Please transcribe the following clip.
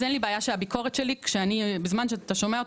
אז אין לי בעיה שבזמן שאתה שומע את